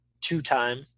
two-time